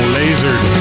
lasered